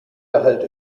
gehalt